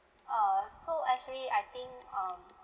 uh so actually I think um